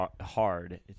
hard